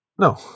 No